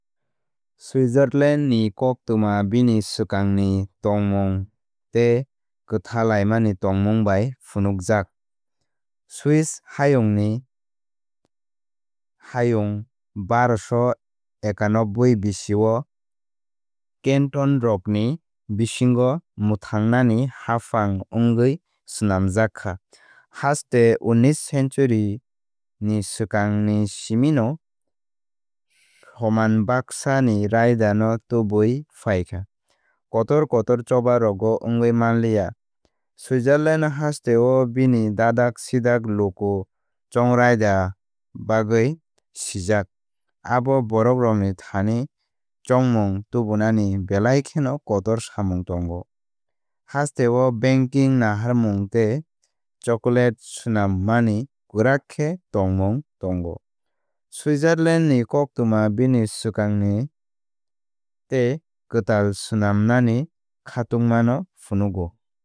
Switzerland ni koktwma bini swkangni tongmung tei kwthalaimani tongmung bai phunukjak. Swiss hayungni hayung barosho ekanobbui bisio cantonrokni bisingo mwthangnani haphang wngwi swnamjak kha. Haste unnis century ni swkangni simi no somanbaksha ni raida no tubui phaikha kotor kotor choba rogo wngwi manliya. Switzerland hasteo bini dadak sidak Luku chongraida bagwi sijak. Abo borokrokni thani chongmung tubunani belai kheno kotor samung tongo. Hasteo banking naharmung tei chocolate swnammani kwrak khe tongmung tongo. Switzerland ni koktwma bini swkangni swkang ni tei kwtal swnamnani khatungma no phunukgo.